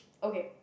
okay